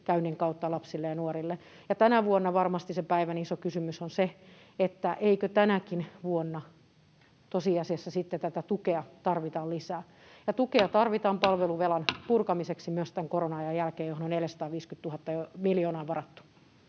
koulunkäynnin kautta lapsille ja nuorille. Tänä vuonna varmasti se päivän iso kysymys on se, eikö tänäkin vuonna tosiasiassa sitten tätä tukea tarvita lisää. Tukea tarvitaan palveluvelan purkamiseksi myös tämän korona-ajan jälkeen, mihin on 450 miljoonaa euroa varattu.